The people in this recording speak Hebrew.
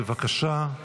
בבקשה,